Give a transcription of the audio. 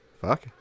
fuck